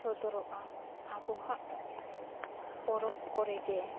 ᱥᱚᱫᱚᱨᱚᱜᱼᱟ ᱟᱵᱚᱣᱟᱜ ᱯᱚᱨᱚᱵᱽ ᱠᱚᱨᱮ ᱜᱮ